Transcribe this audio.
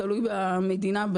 תלוי במדינה,